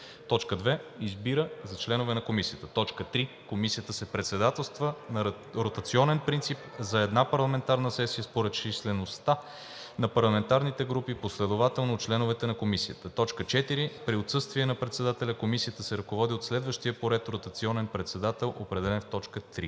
група. 2. Избира за членове на Комисията: … 3. Комисията се председателства на ротационен принцип за една парламентарна сесия според числеността на парламентарните групи, последователно от членовете на Комисията. 4. При отсъствие на председателя Комисията се ръководи от следващия по ред ротационен председател, определен в т. 3.“